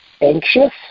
anxious